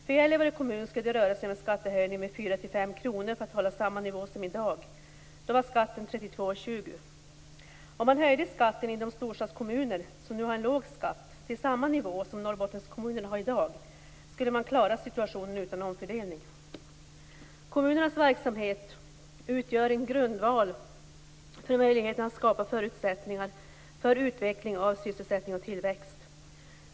För Gällivare kommun skulle det röra sig om en skattehöjning på 4 5 kr för att hålla samma nivå som i dag; då var skatten Om man höjde skatten i de storstadskommuner som nu har en låg skatt till samma nivå som Norrbottenskommunerna har i dag skulle man klara situationen utan omfördelning. Kommunernas verksamhet utgör en grundval för möjligheten att skapa förutsättningar för utveckling av sysselsättning och tillväxt.